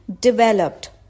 developed